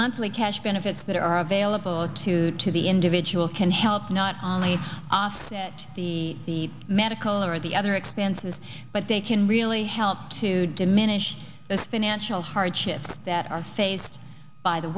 monthly cash benefits that are available to to the individual can help not only asset the medical or the other expenses but they can really help to diminish the spin anshul hardships that are faced by the